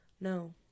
No